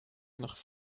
nach